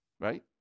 right